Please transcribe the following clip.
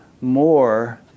more